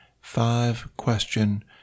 five-question